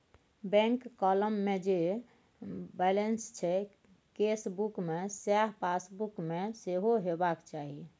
bank column मे जे balance छै केसबुक मे सैह पासबुक मे सेहो हेबाक चाही